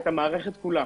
ואת המערכת כולה.